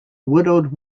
widowed